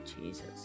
jesus